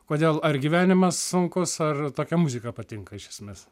kodėl ar gyvenimas sunkus ar tokia muzika patinka iš esmės